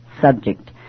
subject